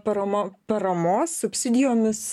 parama paramos subsidijomis